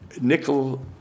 Nickel